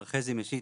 מר חזי משיטה,